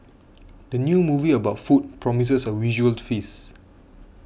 the new movie about food promises a visual feast